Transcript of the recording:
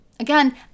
Again